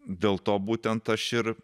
dėl to būtent aš ir